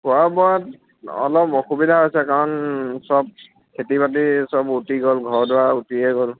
খোৱা বোৱাত অলপ অসুবিধা হৈছে কাৰণ চব খেতি বাতি চব উটি গ'ল ঘৰ দুৱাৰ উটিয়ে গ'ল